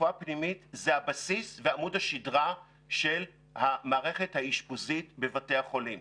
רפואה פנימית זה הבסיס ועמוד השדרה של המערכת האשפוזית בבתי החולים.